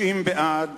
90 בעד,